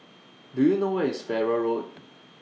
Do YOU know Where IS Farrer Road